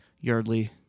Yardley